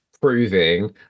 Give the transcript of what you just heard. proving